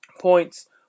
points